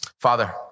Father